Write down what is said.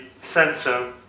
sensor